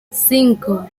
cinco